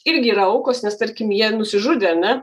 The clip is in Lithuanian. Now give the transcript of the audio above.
irgi yra aukos nes tarkim jie nusižudė ar ne